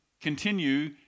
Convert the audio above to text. continue